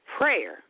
prayer